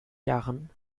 jahren